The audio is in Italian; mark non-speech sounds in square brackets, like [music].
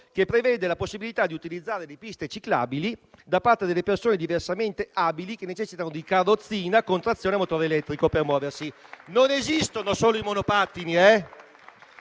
che prevede la possibilità di utilizzare le piste ciclabili da parte delle persone diversamente abili che necessitano di carrozzina con trazione a motore elettrico per muoversi. [applause] Non esistono solo i monopattini. Mi